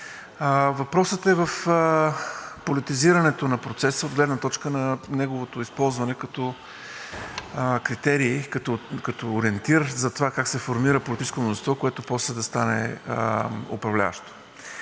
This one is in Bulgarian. Въпросът е в политизирането на процеса от гледна точка на неговото използване като критерий, като ориентир за това как се формира политическо мнозинство, което после да стане управляващо.